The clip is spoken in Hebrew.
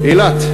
אילת.